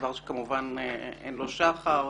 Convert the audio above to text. דבר שכמובן אין לו שחר.